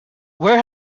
where